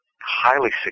highly